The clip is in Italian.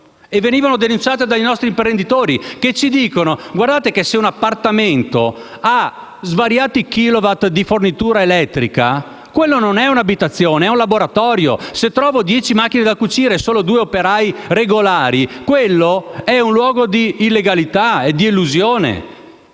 e venivano denunciate dai nostri imprenditori, secondo i quali, se un appartamento ha svariati kilowatt di fornitura elettrica, non è un'abitazione ma un laboratorio; se trovo dieci macchine da cucire e solo due operai regolari, quello è un luogo di illegalità e di elusione.